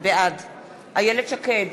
בעד איילת שקד,